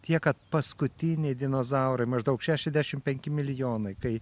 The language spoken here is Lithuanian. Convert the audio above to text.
tie kad paskutiniai dinozaurai maždaug šešiasdešim milijonai kai